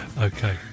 Okay